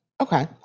Okay